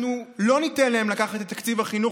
אנחנו לא ניתן להם לקחת את תקציב החינוך